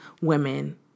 women